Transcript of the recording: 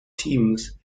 teams